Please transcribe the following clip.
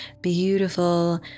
beautiful